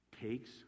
takes